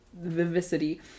vivacity